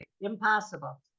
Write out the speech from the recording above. Impossible